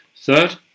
third